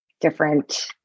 different